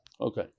Okay